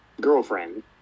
girlfriend